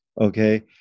Okay